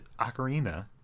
ocarina